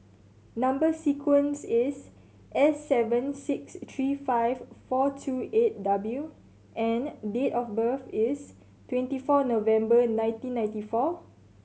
number sequence is S seven six three five four two eight W and date of birth is twenty four November nineteen ninety four